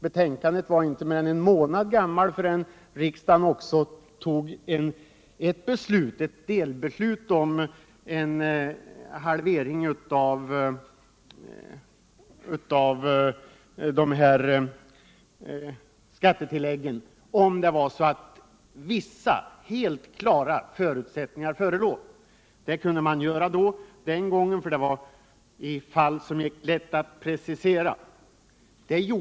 Betänkandet var inte mer än en månad gammalt förrän riksdagen fattade ett delbeslut som innebar halvering av skattetilliggen om vissa, helt klara förutsättningar förelåg. Det gällde fall som det gick lätt att precisera.